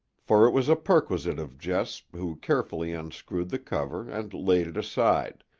for it was a perquisite of jess, who carefully unscrewed the cover and laid it aside,